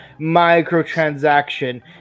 microtransaction